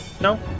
No